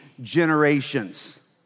generations